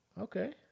Okay